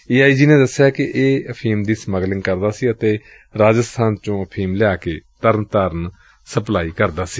ਏ ਆਈ ਜੀ ਨੇ ਦਸਿਆ ਕਿ ਇਹ ਅਫੀਮ ਦੀ ਸਮਗਲਿੰਗ ਕਰਦਾ ਸੀ ਅਤੇ ਰਾਜਸਬਾਨ ਚੋਂ ਅਫੀਮ ਲਿਆ ਕੇ ਤਰਨਤਾਰਨ ਸਪਲਾਈ ਕਰਦਾ ਸੀ